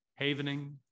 havening